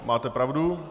Máte pravdu.